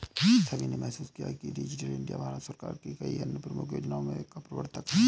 सभी ने महसूस किया है कि डिजिटल इंडिया भारत सरकार की कई अन्य प्रमुख योजनाओं का प्रवर्तक है